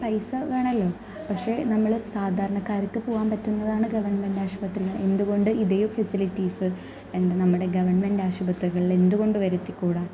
പൈസ വേണോല്ലോ പക്ഷെ നമ്മള് സാധാരണക്കാര്ക്ക് പോവാന് പറ്റുന്നതാണ് ഗവണ്മെന്റ്റ് ആശുപത്രികള് എന്തു കൊണ്ട് ഇതേ ഫെസിലിറ്റീസ് എന്ത് നമ്മടെ ഗവണ്മെന്റ്റ് ആശുപത്രികളില് എന്തു കൊണ്ട് വരുത്തിക്കൂടാ